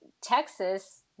Texas